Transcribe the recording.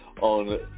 on